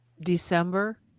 December